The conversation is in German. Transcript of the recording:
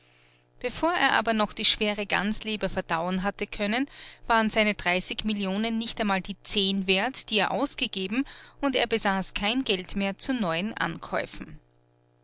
bevor er aber noch die schwere gansleber verdauen hatte können waren seine dreißig millionen nicht einmal die zehn wert die er ausgegeben und er besaß kein geld mehr zu neuen ankäufen